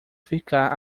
ficar